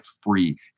free